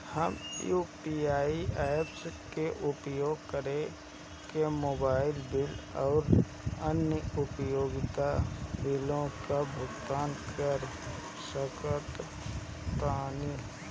हम UPI apps के उपयोग करके मोबाइल बिल आउर अन्य उपयोगिता बिलों का भुगतान कर सकतानी